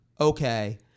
okay